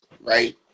right